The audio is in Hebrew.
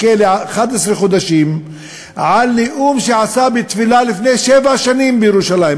לכלא ל-11 חודשים על נאום שנשא בתפילה לפני שבע שנים בירושלים,